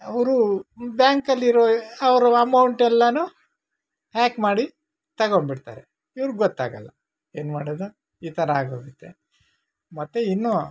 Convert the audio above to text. ಅವರು ಬ್ಯಾಂಕಲ್ಲಿರೋ ಅವರು ಅಮೌಂಟೆಲ್ಲಾನು ಹ್ಯಾಕ್ ಮಾಡಿ ತಗೊಂಡ್ಬಿಡ್ತಾರೆ ಇವ್ರ್ಗೆ ಗೊತ್ತಾಗೋಲ್ಲ ಏನು ಮಾಡೋದು ಈ ಥರ ಆಗೋಗುತ್ತೆ ಮತ್ತು ಇನ್ನು